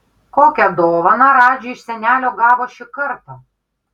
kokią dovaną radži iš senelio gavo šį kartą